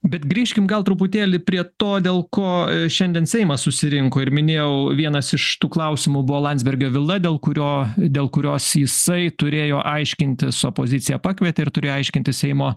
bet grįžkim gal truputėlį prie to dėl ko šiandien seimas susirinko ir minėjau vienas iš tų klausimų buvo landsbergio vila dėl kurio dėl kurios jisai turėjo aiškintis opozicija pakvietė ir turė aiškintis seimo